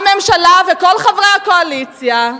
הממשלה וכל חברי הקואליציה,